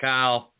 Kyle